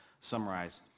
summarize